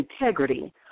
integrity